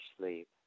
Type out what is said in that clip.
sleep